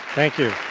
thank you.